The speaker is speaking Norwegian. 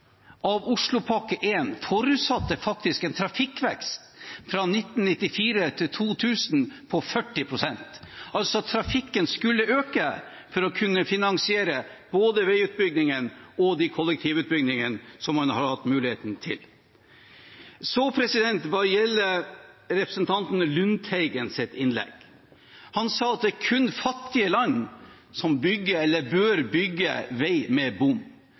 av Oslopakke 1 forutsatte faktisk en trafikkvekst fra 1994 til 2000 på 40 pst. Trafikken skulle altså øke for å kunne finansiere både veiutbyggingene og de kollektivutbyggingene som man har hatt muligheten til. Hva gjelder representanten Lundteigens innlegg: Han sa at det er kun fattige land som bygger vei med bom.